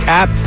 app